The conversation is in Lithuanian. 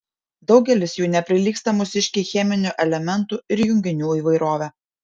daugelis jų neprilygsta mūsiškei cheminių elementų ir junginių įvairove